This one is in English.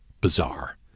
bizarre